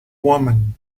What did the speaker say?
woman